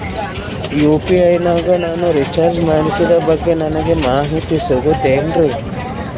UPI ನಾಗ ನಾನು recharge ಮಾಡಿಸಿದ ಬಗ್ಗೆ ನನಗೆ ಮಾಹಿತಿ ಸಿಗುತೇನ್ರೀ?